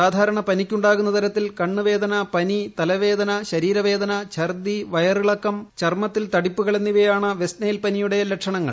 സാധാരണ പനിക്കുണ്ടാകുന്ന തരത്തിൽ കണ്ണ് വേദന പനി തലവേദന ശരീരവേദന ഛർദ്ദി വയറിളക്കം ചർമ്മത്തിൽ തടിപ്പുകൾ എന്നിവയാണ് വെസ്റ്റ് നൈൽ പനിയുടെ ലക്ഷണങ്ങൾ